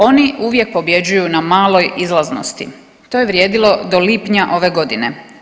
Oni uvijek pobjeđuju na maloj izlaznosti, to je vrijedilo do lipnja ove godine.